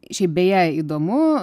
šiaip beje įdomu